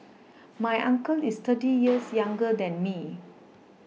my uncle is thirty years younger than me